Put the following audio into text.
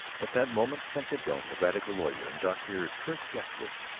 at that moment seneca doane, the radical lawyer, and dr. kurt yavitch,